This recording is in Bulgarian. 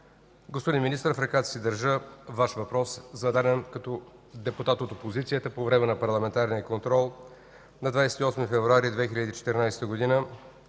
Господин Министър, в ръката си държа Ваш въпрос, зададен като депутат от опозицията по време на парламентарния контрол на 28 февруари 2014 г.